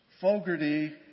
Fogarty